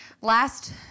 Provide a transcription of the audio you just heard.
Last